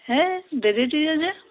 হে বেজী দিয়ে যে